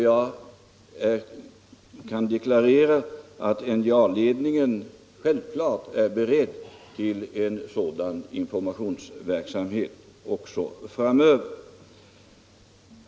Jag kan deklarera att NJA ledningen självfallet är beredd till en sådan informationsverksamhet också framöver.